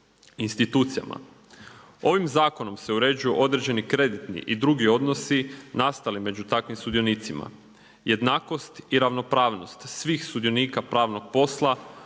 institucijama. Ovim zakonom se uređuju određeni kreditni i drugi odnosi nastali među takvim sudionicima. Jednakost i ravnopravnost svih sudionika pravnog posla